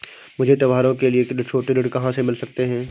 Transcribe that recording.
मुझे त्योहारों के लिए छोटे ऋण कहाँ से मिल सकते हैं?